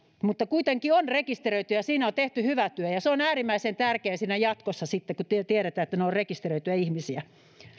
mutta kuitenkin on rekisteröity ja siinä on tehty hyvä työ ja se on äärimmäisen tärkeää siinä jatkossa sitten kun tiedetään että he ovat rekisteröityjä ihmisiä